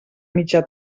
mitjà